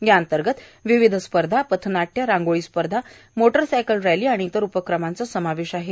याअंतर्गत विविध स्पर्धा पथनाट्ये रांगोळी स्पर्धा मोटारसायकल रॅली व इतर उपक्रमांचा समावेश आहे